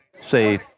say